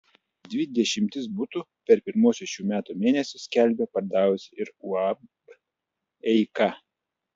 dvi dešimtis butų per pirmuosius šių metų mėnesius skelbia pardavusi ir uab eika